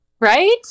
Right